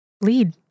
lead